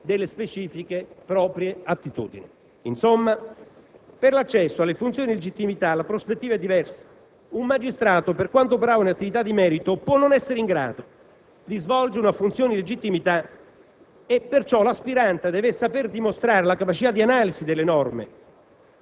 per la valutazione dei provvedimenti degli aspiranti finalizzata al riscontro delle specifiche e proprie attitudini. Insomma, per l'accesso alle funzioni di legittimità la prospettiva è diversa: un magistrato, per quanto bravo nell'attività di merito, può non essere in grado di svolgere una funzione di legittimità